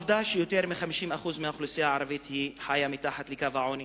העובדה שיותר מ-50% מהאוכלוסייה הערבית חיה מתחת לקו העוני